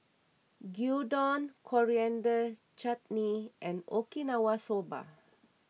Gyudon Coriander Chutney and Okinawa Soba